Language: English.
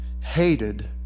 hated